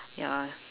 ya